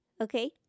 Okay